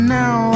now